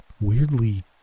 weirdly